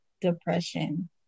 depression